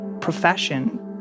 profession